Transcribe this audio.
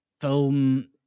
film